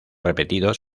repetidos